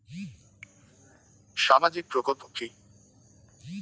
সামাজিক প্রকল্প কি?